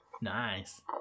Nice